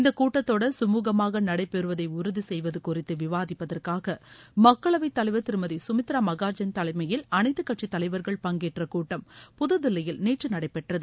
இந்த கூட்டத்தொடர் கமூகமாக நடைபெறுவதை உறுதிசெய்வது குறித்து விவாதிப்பதற்காக மக்களவைத்தலைவர் திருமதி சுமித்ரா மகாஜன் தலைமையில் அனைத்துக்கட்சித்தலைவர்கள் பங்கேற்ற கூட்டம் புதுதில்லியில் நேற்று நடைபெற்றது